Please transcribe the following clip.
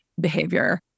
behavior